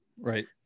Right